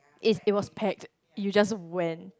if it was packed you just went